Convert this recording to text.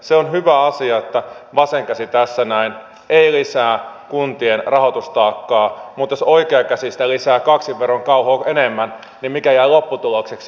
se on hyvä asia että vasen käsi tässä näin ei lisää kuntien rahoitustaakkaa mutta jos oikea käsi sitä lisää kaksin verroin kauhoo enemmän niin mikä jää lopputulokseksi